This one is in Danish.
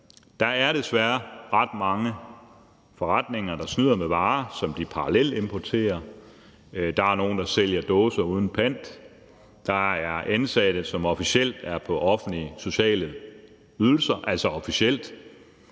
Der er desværre ret mange forretninger, der snyder med varer, som de parallelimporterer. Der er nogle, der sælger dåser uden pant; der er ansatte, som officielt er på offentlige, sociale ydelser – altså officielt